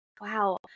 wow